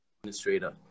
administrator